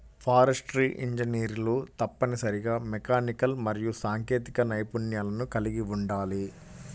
forestry ఇంజనీర్లు తప్పనిసరిగా mechanical మరియు సాంకేతిక నైపుణ్యాలను కలిగి ఉండాలి